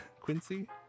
Quincy